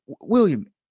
William